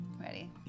Ready